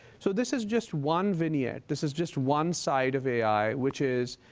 so this is just one vignette. this is just one side of ai which is,